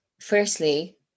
firstly